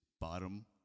Bottom